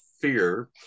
fear